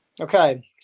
Okay